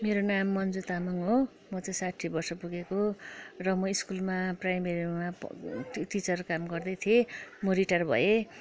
मेरो नाम मन्जु तामाङ्ग हो म चाहिँ साठी वर्ष पुगेको र म स्कुलमा प्राइमेरीमा टिचर काम गर्दै थिएँ म रिटायर्ड भएँ